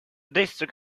district